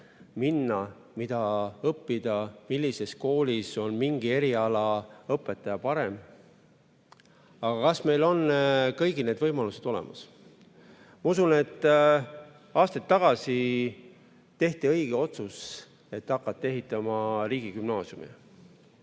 minna, mida õppida, millises koolis on mingi erialaõpetaja parem. Aga kas kõigil on need võimalused olemas? Ma usun, et aastaid tagasi tehti õige otsus, et hakati ehitama riigigümnaasiumeid.